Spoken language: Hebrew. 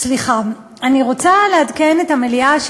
אני רוצה לעדכן את המליאה,